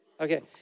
Okay